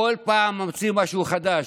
כל פעם ממציא משהו חדש.